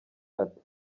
ati